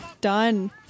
done